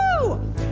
Woo